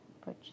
put